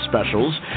specials